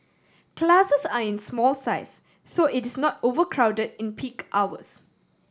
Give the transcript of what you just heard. classes are in small size so it is not overcrowded in peak hours